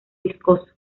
viscoso